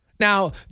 Now